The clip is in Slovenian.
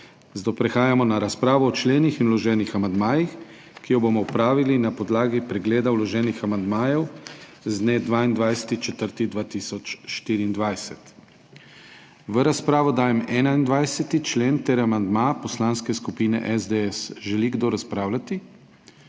Zato prehajamo na razpravo o členih in vloženih amandmajih, ki jo bomo opravili na podlagi pregleda vloženih amandmajev z dne 22. 4. 2024. V razpravo dajem 21. člen ter amandma Poslanske skupine SDS. Želi kdo razpravljati?